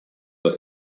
but